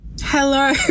Hello